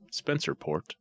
Spencerport